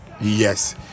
yes